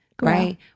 Right